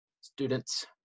students